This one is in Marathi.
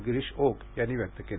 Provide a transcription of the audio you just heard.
गिरीश ओक यांनी व्यक्त केली